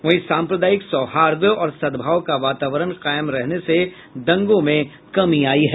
वहीं साम्प्रदायिक सौहार्द और सद्भाव का वातावरण कायम रहने से दंगों में कमी आयी है